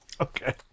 Okay